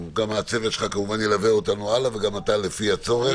הצוות שלך ילווה אותנו הלאה וגם אתה, לפי הצורך.